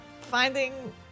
finding